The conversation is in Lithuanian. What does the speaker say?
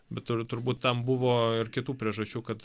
bet ir turbūt tam buvo ir kitų priežasčių kad